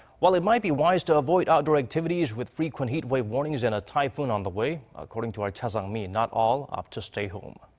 while it might be wise to avoid outdoor activities, with frequent heatwave warnings and a typhoon on the way. according to our cha sang mi, not all opt to stay home.